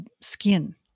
skin